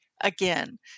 again